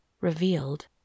revealed